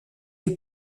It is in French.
est